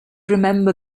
remember